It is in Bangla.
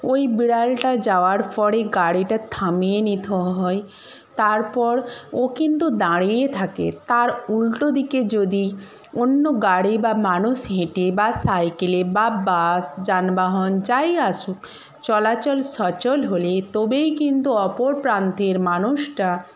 ওই বিড়ালটা যাওয়ার পরে গাড়িটা থামিয়ে নিতে হয় তারপর ও কিন্তু দাঁড়িয়ে থাকে তার উল্টোদিকে যদি অন্য গাড়ি বা মানুষ হেঁটে বা সাইকেলে বা বাস যানবাহন যাই আসুক চলাচল সচল হলে তবেই কিন্তু অপর প্রান্তের মানুষটা